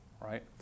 right